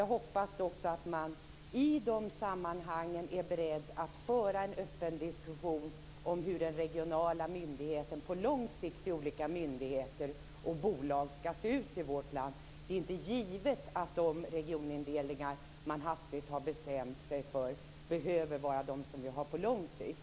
Jag hoppas också att man i de sammanhangen är beredd att föra en öppen diskussion om hur den regionala myndigheten skall se ut på lång sikt i vårt land. Det kan vara olika myndigheter och bolag. Det är inte givet att de regionindelningar man hastigt har bestämt sig för behöver vara de som skall gälla på lång sikt.